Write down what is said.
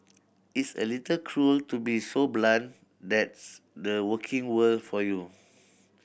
it's a little cruel to be so blunt that's the working world for you